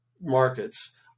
markets